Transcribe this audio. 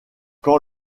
quand